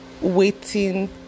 waiting